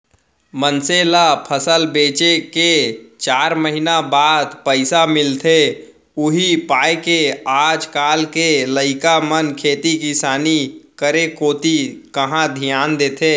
मनसे ल फसल बेचे के चार महिना बाद पइसा मिलथे उही पायके आज काल के लइका मन खेती किसानी करे कोती कहॉं धियान देथे